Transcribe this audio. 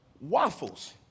waffles